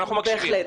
אנחנו מקשיבים.